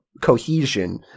cohesion